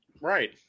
Right